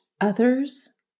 others